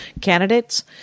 candidates